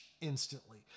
instantly